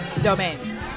domain